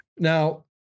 Now